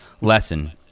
lesson